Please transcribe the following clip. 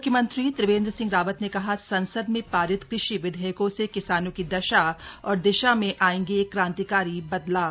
मुख्यमंत्री त्रिवेन्द्र सिंह रावत ने कहा संसद में पारित कृषि विधेयकों से किसानों की दशा और दिशा में आएंगे क्रांतिकारी बदलाव